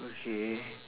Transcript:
okay